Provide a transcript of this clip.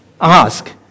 Ask